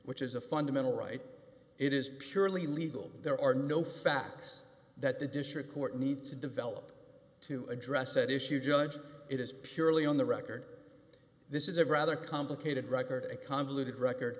which is a fundamental right it is purely legal there are no facts that the district court needs to develop to address that issue judge it is purely on the record this is a rather complicated record and convoluted record